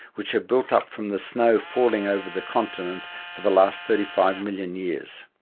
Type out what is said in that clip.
which have built up from the snow falling over the continent for the last thirty five million years.